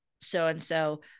so-and-so